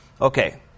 Okay